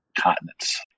continents